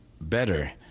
better